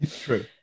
True